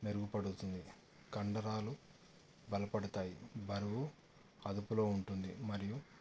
మెరుగుపడుతుంది కండరాలు బలపడతాయి బరువు అదుపులో ఉంటుంది మరియు